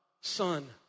Son